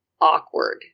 awkward